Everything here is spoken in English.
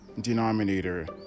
denominator